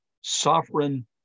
Sovereign